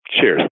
cheers